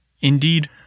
Indeed